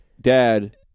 dad